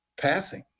passing